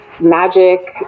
magic